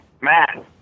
Matt